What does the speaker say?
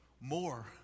more